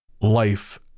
life